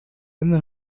einen